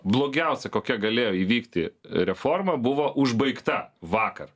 blogiausia kokia galėjo įvykti reforma buvo užbaigta vakar